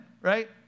right